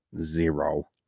zero